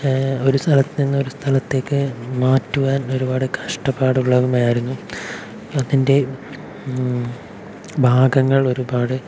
ഒരു സ്ഥലത്തു നിന്നും ഒരു സ്ഥലത്തേക്ക് മാറ്റുവാൻ ഒരുപാട് കഷ്ടപ്പാട് ഉള്ളതും ആയിരുന്നു അതിൻ്റെ ഭാഗങ്ങൾ ഒരുപാട്